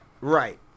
Right